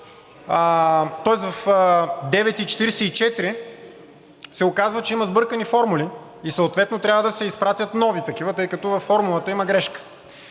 тоест в 9,44 ч. се оказва, че има сбъркани формули и съответно трябва да се изпратят нови такива, тъй като във формулата има грешка.